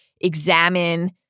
examine